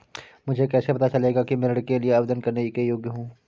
मुझे कैसे पता चलेगा कि मैं ऋण के लिए आवेदन करने के योग्य हूँ?